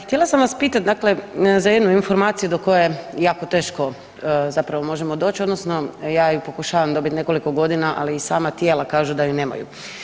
Htjela sam vas pitat, dakle za jednu informaciju do koje jako teško zapravo možemo doć odnosno ja ju pokušavam dobit nekoliko godina, ali i sama tijela kažu da ju nemaju.